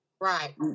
Right